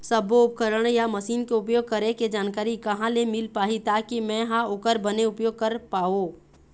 सब्बो उपकरण या मशीन के उपयोग करें के जानकारी कहा ले मील पाही ताकि मे हा ओकर बने उपयोग कर पाओ?